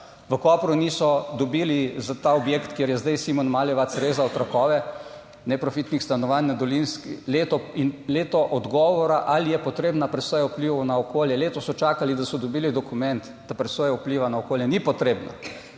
v Kopru niso dobili za ta objekt, kjer je zdaj Simon Maljevac rezaltakove neprofitnih stanovanj, leto odgovora, ali je potrebna presoja vplivov na okolje, letos so čakali, da so dobili dokument, da presoja vplivov na okolje ni potrebna.